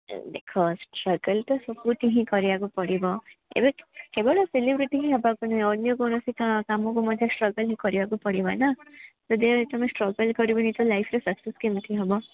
ଦେଖ ଷ୍ଟ୍ରଗଲ୍ ତ ସବୁଠି ହିଁ କରିବାକୁ ପଡ଼ିବ ଏବେ କେବଳ ସେଲିବ୍ରେଟି ହେବାକୁ ନୁହଁ ଅନ୍ୟ କୌଣସି କାମକୁ ମଧ୍ୟ ଷ୍ଟ୍ରଗଲ୍ ହିଁ କରିବାକୁ ପଡ଼ିବନା ଯଦି ତମେ ଷ୍ଟ୍ରଗଲ୍ କରିବନି ତ ଲାଇଫ୍ରେ ସକ୍ସେସ୍ କେମିତି ହେବ